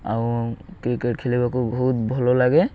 ଆଉ କ୍ରିକେଟ୍ ଖେଳିବାକୁ ବହୁତ ଭଲ ଲାଗେ